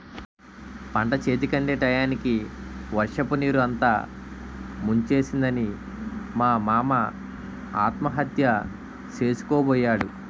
పంటచేతికందే టయానికి వర్షపునీరు అంతా ముంచేసిందని మా మామ ఆత్మహత్య సేసుకోబోయాడు